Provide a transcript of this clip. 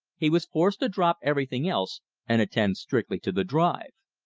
he was forced to drop everything else and attend strictly to the drive.